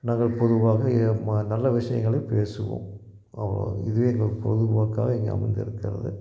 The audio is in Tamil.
நாங்கள் பொதுவாக ம நல்ல விஷயங்களைப் பேசுவோம் அவ்வளவுதான் இதுவே எங்கள் பொழுதுபோக்காக இங்கே அமைந்திருக்கிறது